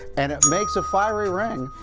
and it makes a fiery ring,